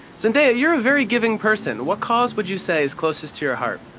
zendaya, you're a very giving person. what cause would you say is closest to your heart?